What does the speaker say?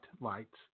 lights